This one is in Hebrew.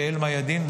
ואל-מיאדין,